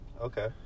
okay